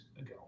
ago